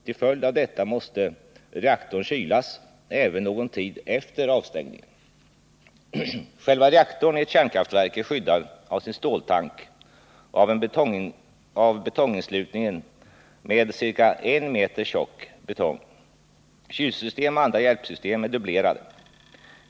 Som följd av detta måste reaktorn kylas även någon tid efter 83 Själva reaktorn i ett kärnkraftverk är skyddad av sin ståltank och av betonginneslutningen med ca I m tjock betong. Kylsystem och andra hjälpsystem är dubblerade.